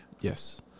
Yes